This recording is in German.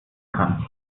kann